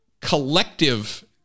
collective